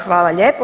Hvala lijepo.